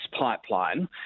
pipeline